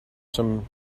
some